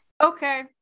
Okay